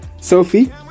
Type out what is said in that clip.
Sophie